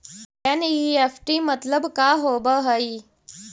NEFT मतलब का होब हई?